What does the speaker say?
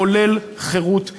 מחולל חירות ישראל.